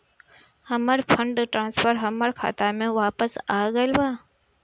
हमर fund transfer हमर खाता में वापस आ गईल बा